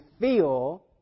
feel